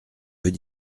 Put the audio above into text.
veux